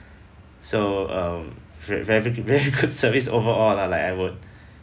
so um very very good service overall lah like I would